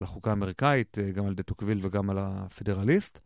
לחוקה האמריקאית, גם על די תוקביל וגם על הפדרליסט.